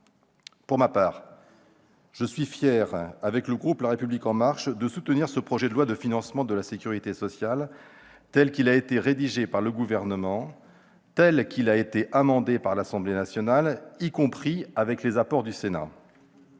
Pour ma part, je suis fier, avec le groupe La République En Marche, de soutenir ce projet de loi de financement de la sécurité sociale tel qu'il a été rédigé par le Gouvernement et amendé par l'Assemblée nationale, avec les apports du Sénat.